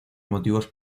motivos